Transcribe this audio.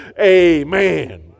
Amen